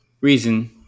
Reason